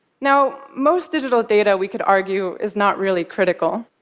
now, most digital data, we could argue, is not really critical.